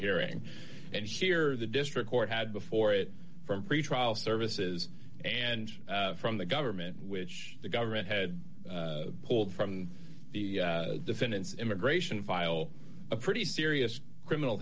hearing and here the district court had before it from pretrial services and from the government which the government had pulled from the defendant's immigration file a pretty serious criminal